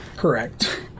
correct